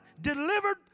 delivered